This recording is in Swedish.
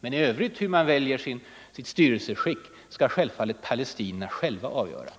Men hur man i övrigt väljer sitt styrelseskick och sin regering skall naturligtvis palestinierna själva avgöra.